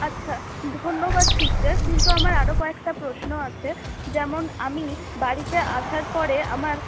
আচ্ছা ধন্যবাদ সিস্টার কিন্তু আমার আরো কয়েকটা প্রশ্ন আছে যেমন আমি বাড়িতে আসার পরে আমার